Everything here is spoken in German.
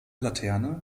laterne